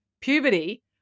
puberty